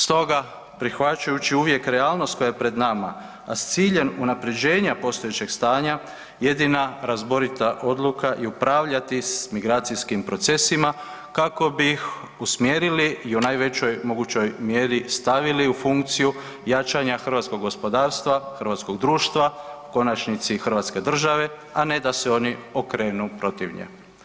Stoga prihvaćajući uvijek realnost koja je pred nama, a s ciljem unapređenja postojećeg stanja jedina razborita odluka je upravljati s migracijskim procesima kako bi ih usmjerili i u najvećoj mogućoj mjeri stavili u funkciju jačanja hrvatskog gospodarstva, hrvatskog društva u konačnici i Hrvatske države, a ne da se oni okrenu protiv nje.